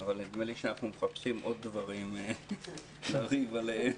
אבל נדמה לי שאנחנו מחפשים עוד דברים לריב עליהם,